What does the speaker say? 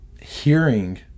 hearing